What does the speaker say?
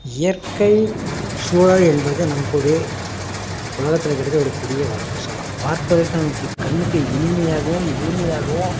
இயற்கை சூழல் என்பது நமக்கொரு உலகத்தில் கிடைத்த ஒரு பெரிய வரப்பிரசாதம் பார்ப்பதற்கு நமக்கு கண்ணுக்கு இனிமையாகவும் எளிமையாகவும்